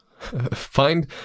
find